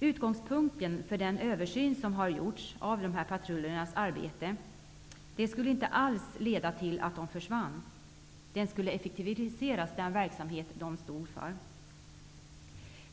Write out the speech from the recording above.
Utgångspunkten för den översyn som har gjorts när det gäller de här patrullernas arbete var inte alls att patrullerna skulle försvinna. I stället skulle den verksamhet som de stod för effektiviseras.